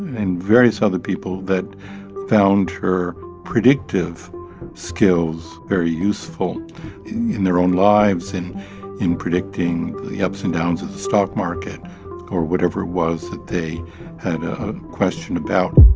and various other people that found her predictive skills very useful in their own lives and in predicting the ups and downs of the stock market or whatever it was that they had a question about.